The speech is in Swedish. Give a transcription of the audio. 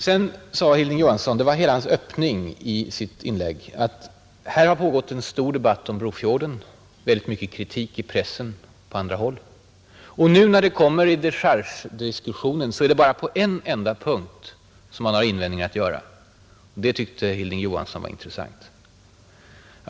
Sedan sade Hilding Johansson — det var öppningen i hans inlägg — att här har pågått en stor debatt om Brofjorden, väldigt mycket kritik har framförts i pressen och på andra håll, och nu när ärendet kommer upp i dechargediskussionen så är det bara på en enda punkt som man har invändningar att göra, Det tyckte Hilding Johansson var ”intressant”.